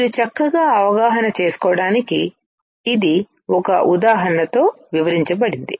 మీరు చక్కగా అవగాహన చేసుకోడానికి ఇది ఒక ఉదాహరణతో వివరించబడింది